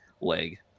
leg